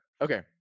Okay